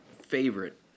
favorite